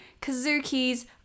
Kazuki's